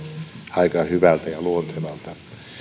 aika hyvältä ja luontevalta